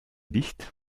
dicht